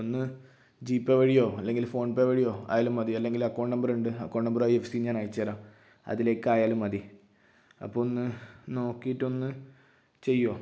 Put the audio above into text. ഒന്ന് G Pay വഴിയോ അല്ലെങ്കില് ഫോൺ പേ വഴിയോ ആയാലും മതി അല്ലെങ്കില് അക്കൗണ്ട് നമ്പറുണ്ട് അക്കൗണ്ട് നമ്പറും ഐഎഫ്എസ്സിയും ഞാൻ അയച്ച് തരാം അതിലേക്കായാലും മതി അപ്പോൾ ഒന്ന് നോക്കീട്ടൊന്ന് ചെയ്യുമോ